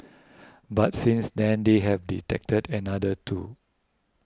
but since then they have detected another two